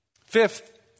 Fifth